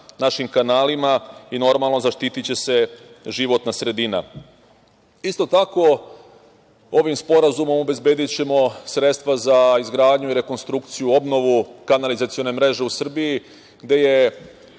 našim kanalima i, normalno, zaštiti će se životna sredina. Isto tako, ovim sporazumom obezbedićemo sredstva za izgradnju i rekonstrukciju, obnovu kanalizacione mreže u Srbiji, gde je,